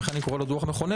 ולכן אני קורא לו דוח מכונן,